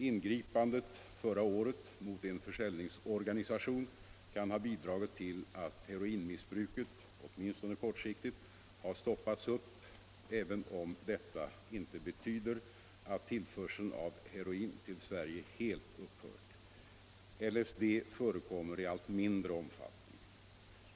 Ingripandet förra året mot en försäljningsorganisation kan ha bidragit till att heroinmissbruket —- åtminstone kortsiktigt — har stoppats upp, även om detta inte betyder att införseln av heroin till Sverige helt upphört. LSD förekommer i allt mindre omfattning.